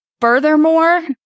Furthermore